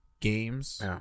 games